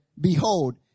behold